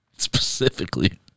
Specifically